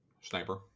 sniper